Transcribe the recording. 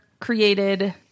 created